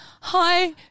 hi